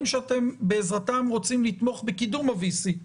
שאתם בעזרתם רוצים לתמוך בקידום ה-VC.